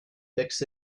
fix